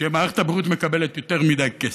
שמערכת הבריאות מקבלת יותר מדי כסף.